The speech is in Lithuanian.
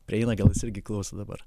prieina gal jis irgi klauso dabar